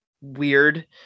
weird